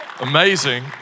Amazing